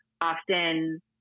often